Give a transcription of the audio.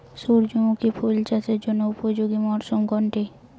সূর্যমুখী ফুল চাষের জন্য উপযোগী মরসুম কোনটি?